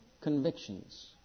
convictions